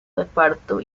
reparto